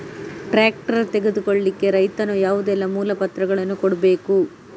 Tractor ತೆಗೊಳ್ಳಿಕೆ ರೈತನು ಯಾವುದೆಲ್ಲ ಮೂಲಪತ್ರಗಳನ್ನು ಕೊಡ್ಬೇಕು?